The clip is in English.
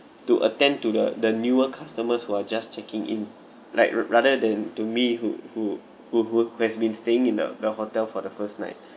to attend to the the newer customers who are just checking in like ra~ rather than to me who who who who has been staying in the the hotel for the first night